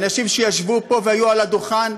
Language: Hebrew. אנשים שישבו פה והיו על הדוכן,